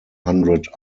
hundred